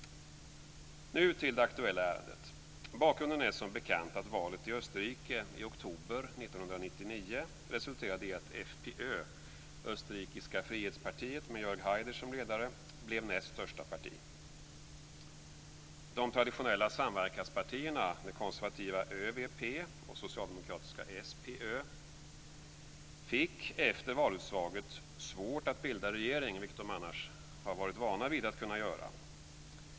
Nu till det aktuella ärendet. Bakgrunden är som bekant att valet i Österrike i oktober 1999 resulterade i att FPÖ, österrikiska Frihetspartiet med Jörg Haider som ledare, blev näst största parti. De traditionella samverkanspartierna, det konservativa ÖVP och det socialdemokratiska SPÖ, fick efter valutslaget svårt att bilda regering, vilket de annars varit vana vid att göra.